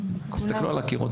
תסתכלו על הקירות